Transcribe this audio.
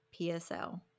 PSL